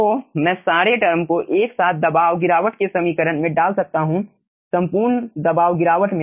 तो मैं सारे टर्म को एक साथ दबाव गिरावट के समीकरण में डाल सकता हूं संपूर्ण दबाव गिरावट में